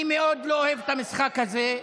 אני מאוד לא אוהב את המשחק הזה,